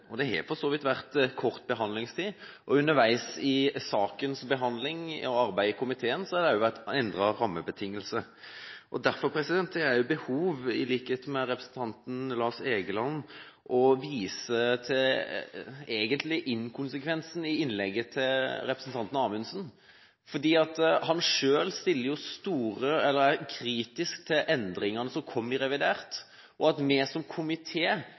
Det har for så vidt vært kort behandlingstid. Underveis i arbeidet med saken i komiteen har det også vært endrede rammebetingelser. Derfor har jeg behov for – i likhet med representanten Egeland – å vise til en egentlig inkonsekvens i representanten Amundsens innlegg, for han er selv kritisk til endringene som kom i revidert budsjett. At ikke vi som